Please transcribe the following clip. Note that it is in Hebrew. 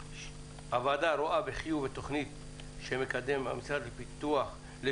הוועדה רואה בחיוב את התכנית שמקדמים המשרד לשוויון